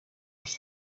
off